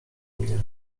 mnie